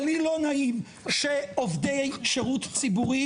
אבל לי לא נעים שעובדי שירות ציבורי